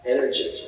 Energy